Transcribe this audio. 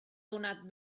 donat